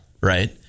right